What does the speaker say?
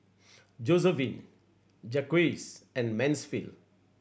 Josephine Jacquez and Mansfield